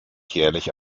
jährlich